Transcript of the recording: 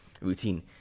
routine